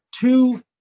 two